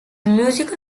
musical